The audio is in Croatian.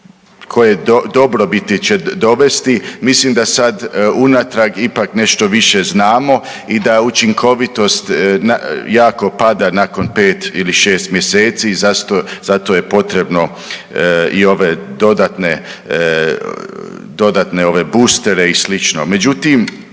koje dobrobiti će dovesti, mislim da sad unatrag ipak nešto više znamo i da učinkovitost jako pada nakon 5 ili 6 mjeseci i zato je potrebno i ove dodatne, dodatne ove boostere i slično. Međutim,